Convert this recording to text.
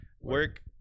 work